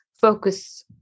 focus